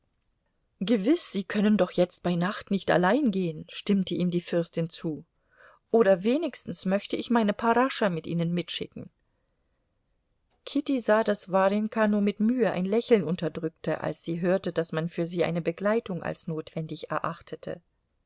gewiß sie können doch jetzt bei nacht nicht allein gehen stimmte ihm die fürstin zu oder wenigstens möchte ich meine parascha mit ihnen mitschicken kitty sah daß warjenka nur mit mühe ein lächeln unterdrückte als sie hörte daß man für sie eine begleitung als notwendig erachtete